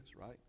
right